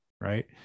Right